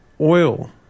oil